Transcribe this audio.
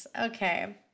Okay